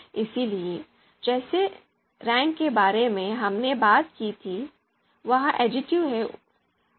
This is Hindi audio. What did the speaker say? इसलिए जिस रैंक के बारे में हमने बात की थी वह उलट है